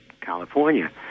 California